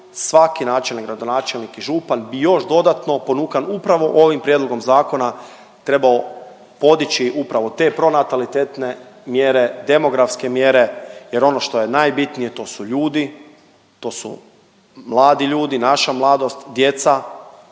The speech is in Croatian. svaki načelnik, gradonačelnik i župan bi još dodatno ponukan upravo ovim prijedlogom zakona trebao podići upravo te pronatalitetne mjere, demografske mjere jer ono što je najbitnije to su ljudi, to su mladi ljudi, naša mladost, djeca,